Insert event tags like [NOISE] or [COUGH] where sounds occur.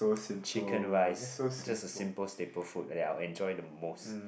[NOISE] chicken rice just a simple staple food and that I will enjoy the most